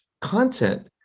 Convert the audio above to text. content